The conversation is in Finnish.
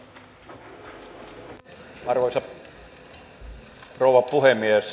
arvoisa rouva puhemies